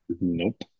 Nope